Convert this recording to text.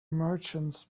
merchants